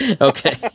Okay